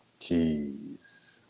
Jeez